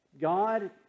God